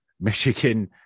Michigan